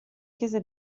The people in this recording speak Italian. chiesa